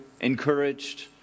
encouraged